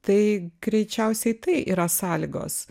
tai greičiausiai tai yra sąlygos